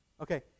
okay